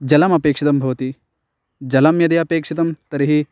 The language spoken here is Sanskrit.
जलमपेक्षितं भवति जलं यदि अपेक्षितं तर्हि